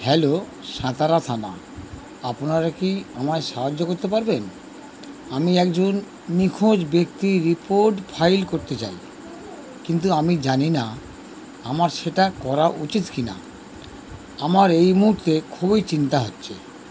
hello Satara থানা আপনারা কি আমায় সাহায্য করতে পারবেন আমি একজন নিখোঁজ ব্যক্তির রিপোর্ট ফাইল করতে চাই কিন্তু আমি জানি না আমার সেটা করা উচিত কি না আমার এই মুহূর্তে খুবই চিন্তা হচ্ছে